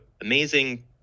amazing